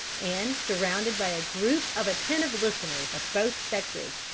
and surrounded by a group of attentive listeners of both sexes,